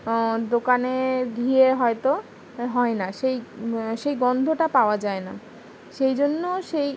দোকানের ঘিয়ে হয়তো হয় না সেই সেই গন্ধটা পাওয়া যায় না সেই জন্য সেই